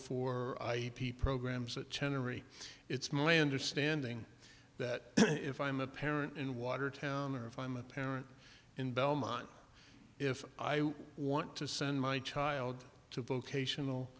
the programs at ten or it's my understanding that if i'm a parent in watertown or if i'm a parent in belmont if i want to send my child to vocational